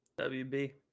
WB